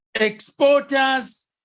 exporters